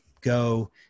go